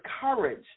courage